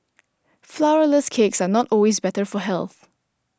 Flourless Cakes are not always better for health